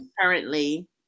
currently